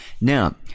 Now